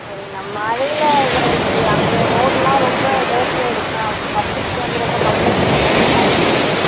சரிங்கண்ணா மழையில் அங்கே ரோடலாம் ரொம்ப டேர்ட்டி ஆகிடிச்சிண்ணா பப்ளிக் வந்து ரொம்ப கம்ப்ளைண்ட் பண்ணுற அளவுக்கு ஆகிடிச்சி